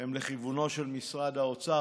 הם לכיוונו של משרד האוצר,